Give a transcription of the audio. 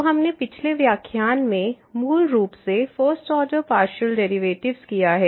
तो हमने पिछले व्याख्यान में मूल रूप से फर्स्ट ऑर्डर पार्शियल डेरिवेटिव्स किया है